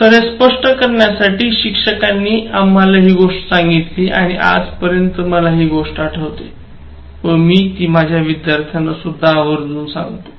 तर हे स्पष्ट करण्यासाठी शिक्षकांनी आम्हाला ही गोष्ट सांगितली आणि आजपर्यंत मला ही गोष्ट आठवते व मी ती माझ्या विद्यार्थ्यांना सुद्धा सांगतो